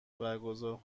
برگزار